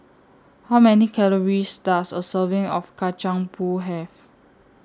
How Many Calories Does A Serving of Kacang Pool Have